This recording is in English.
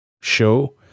show